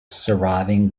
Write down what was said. surviving